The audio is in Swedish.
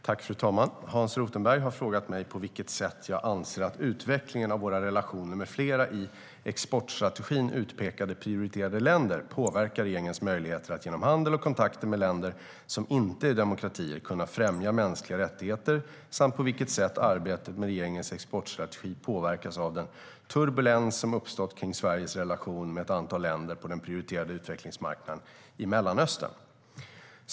Fru talman! Hans Rothenberg har frågat mig på vilket sätt jag anser att utvecklingen av våra relationer med flera i exportstrategin utpekat prioriterade länder påverkar regeringens möjligheter att genom handel och kontakter med länder som inte är demokratier kunna främja mänskliga rättigheter samt på vilket sätt arbetet med regeringens exportstrategi påverkas av den turbulens som uppstått kring Sveriges relation med ett antal länder på den prioriterade utvecklingsmarknaden i Mellanöstern.